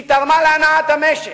שהיא תרמה להנעת המשק,